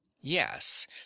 yes